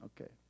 Okay